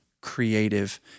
creative